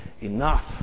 enough